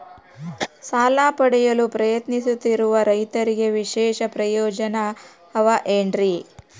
ಸಾಲ ಪಡೆಯಲು ಪ್ರಯತ್ನಿಸುತ್ತಿರುವ ರೈತರಿಗೆ ವಿಶೇಷ ಪ್ರಯೋಜನ ಅವ ಏನ್ರಿ?